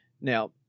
Now